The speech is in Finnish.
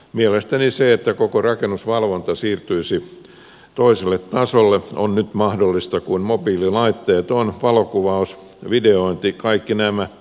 mielestäni se että koko rakennusvalvonta siirtyisi toiselle tasolle on nyt mahdollista kun on mobiililaitteet valokuvaus videointi kaikki nämä